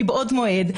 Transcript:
מבעוד מועד,